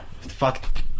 Fuck